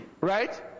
Right